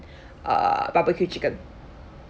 uh barbecue chicken